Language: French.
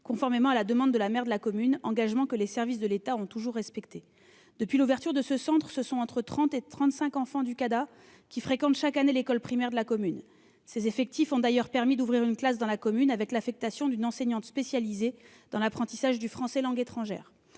conformément à la demande de la maire de la commune. Les services de l'État ont toujours respecté cet engagement. Depuis son ouverture, entre 30 et 35 enfants du Cada fréquentent chaque année l'école primaire de la commune. Ces effectifs ont d'ailleurs permis d'ouvrir une classe supplémentaire avec l'affectation d'une enseignante spécialisée dans l'apprentissage du français comme langue étrangère.